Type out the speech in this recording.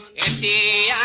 in the